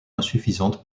insuffisante